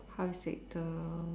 how sick the